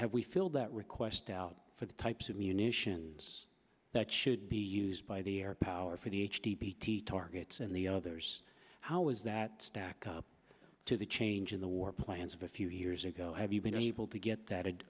have we filled that request out for the types of munitions that should be used by the airpower for the h d p t targets and the others how is that stack up to the change in the war plans a few years ago have you been able to get that